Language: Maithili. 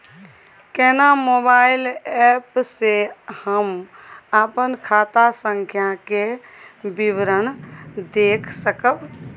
केना मोबाइल एप से हम अपन खाता संख्या के विवरण देख सकब?